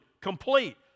complete